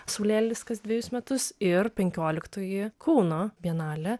saulėlydis kas dvejus metus ir penkioliktoji kauno bienalė